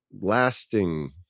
lasting